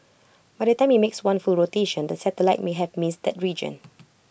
by the time IT makes one full rotation the satellite may have missed region